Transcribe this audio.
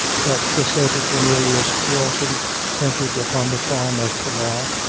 that the said cornelius dalton entered upon the farm of cargah,